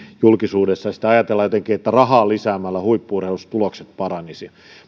julkisuudessa ja sitten ajatellaan jotenkin että rahaa lisäämällä huippu urheilussa tulokset paranisivat